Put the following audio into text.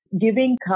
Giving